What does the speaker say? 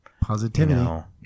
Positivity